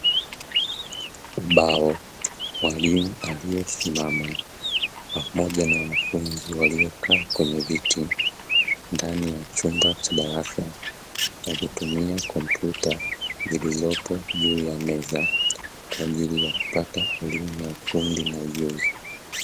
Ubao, mwalimu aliyesimama pamoja na wanafunzi walioka kwenye viti ndani ya chumba cha darasa, wakitumia kompyuta zilizopo juu ya meza kwa ajili ya kupata elimu ya ufundi na ujuzi.